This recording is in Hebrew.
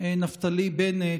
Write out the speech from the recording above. נפתלי בנט,